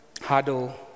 huddle